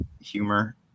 humor